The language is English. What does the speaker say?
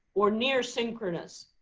or near synchronous,